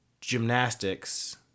gymnastics